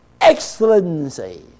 excellency